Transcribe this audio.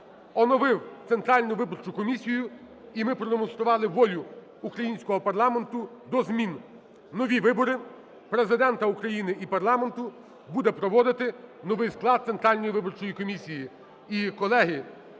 оновив Центральну виборчу комісію, і ми продемонстрували волю українського парламенту до змін, нові вибори Президента України і парламенту буде проводити новий склад Центральної виборчої комісії.